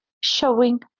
showing